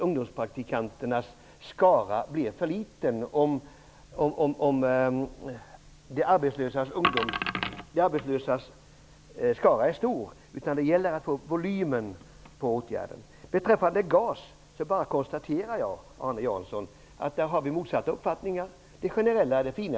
Ungdomspraktikanternas skara får inte bli för liten om de arbetslösas skara är stor. Det gäller att få upp volymen i åtgärden. Beträffande GAS konstaterar jag att vi har motsatta uppfattningar. Jag tycker att det generella är det fina.